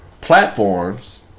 platforms